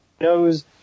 knows